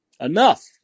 Enough